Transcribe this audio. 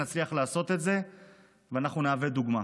נצליח לעשות את זה ונהווה דוגמה.